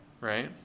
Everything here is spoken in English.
right